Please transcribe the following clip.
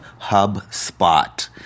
HubSpot